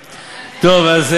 פה.